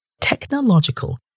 technological